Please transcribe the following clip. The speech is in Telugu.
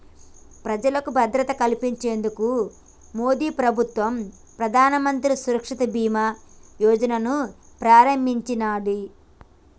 ప్రజలకు భద్రత కల్పించేందుకు మోదీప్రభుత్వం ప్రధానమంత్రి సురక్ష బీమా యోజనను ప్రారంభించినాది